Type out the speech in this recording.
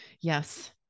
Yes